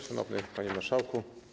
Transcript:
Szanowny Panie Marszałku!